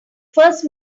first